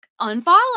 unfollow